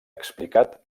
explicat